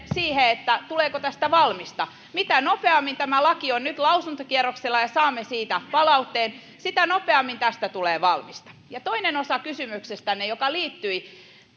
siihen tuleeko tästä valmista niin mitä nopeammin tämä laki on nyt lausuntokierroksella ja saamme siitä palautteen sitä nopeammin tästä tulee valmista toinen osa kysymyksestänne liittyi